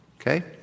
okay